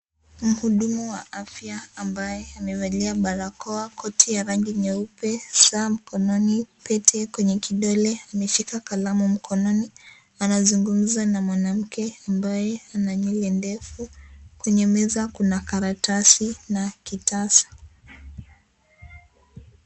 Mhudumu wa afya ambaye amevalia barakoa, koti ya rangi nyeupe, saa mkononi , pete kwenye kidole ameshika kalamu mkononi, anazungumza na mwanamke ambaye ana nywele ndefu, kwenye meza kuna karatasi na kitasa.